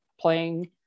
playing